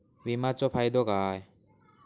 विमाचो फायदो काय?